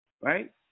Right